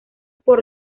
por